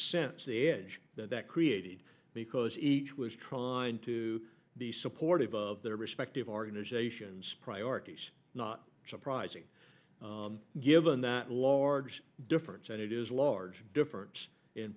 sense the edge that that created because each was trying to be supportive of their respective organizations priorities not surprising given that large difference and it is a large difference in